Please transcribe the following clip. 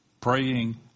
praying